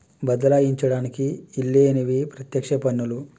బదలాయించడానికి ఈల్లేనివి పత్యక్ష పన్నులు